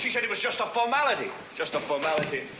she said it was just a formality. just a formality.